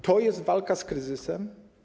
To jest walka z kryzysem?